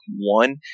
One